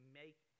make